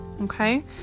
okay